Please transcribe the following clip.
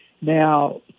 Now